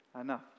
enough